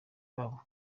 babo